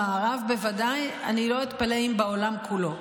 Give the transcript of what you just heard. במערב בוודאי, אני לא אתפלא אם בעולם כולו.